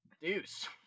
Deuce